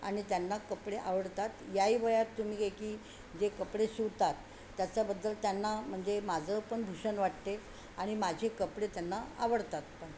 आणि त्यांना कपडे आवडतात याही वयात तुम्ही ये की जे कपडे शिवतात त्याच्याबद्दल त्यांना म्हणजे माझं पण भूषण वाटते आणि माझे कपडे त्यांना आवडतात पण